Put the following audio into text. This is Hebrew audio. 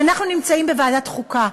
ואנחנו נמצאים בוועדת החוקה,